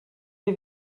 wie